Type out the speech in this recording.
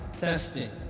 Testing